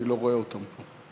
אני לא רואה אותם פה.